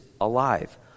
alive